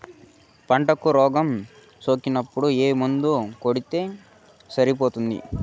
పంటకు రోగం సోకినపుడు ఏ మందు కొడితే సరిపోతుంది?